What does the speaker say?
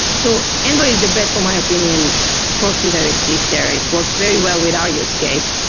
so envoy is the best for my opinion proxy that exists there. it's worked very well with our use case.